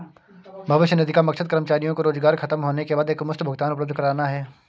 भविष्य निधि का मकसद कर्मचारियों को रोजगार ख़तम होने के बाद एकमुश्त भुगतान उपलब्ध कराना है